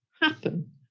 happen